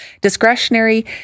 Discretionary